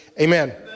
Amen